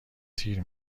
تیر